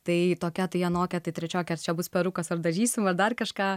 tai tokia tai anokia tai trečiokė čia bus perukas ar dažysim dar kažką